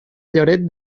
lloret